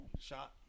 shot